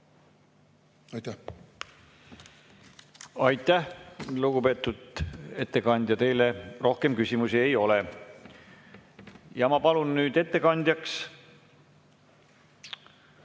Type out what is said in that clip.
oleme. Aitäh, lugupeetud ettekandja! Teile rohkem küsimusi ei ole. Ma palun nüüd ettekandjaks